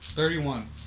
Thirty-one